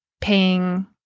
paying